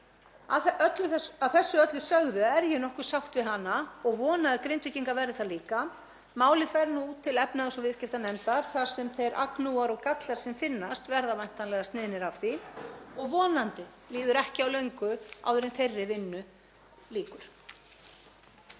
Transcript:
Að þessu öllu sögðu er ég nokkuð sátt við hana og vona að Grindvíkingar verði það líka. Málið fer nú til efnahags- og viðskiptanefndar þar sem þeir agnúar og gallar sem finnast verða væntanlega sniðnir af því og vonandi líður ekki á löngu áður en þeirri vinnu lýkur.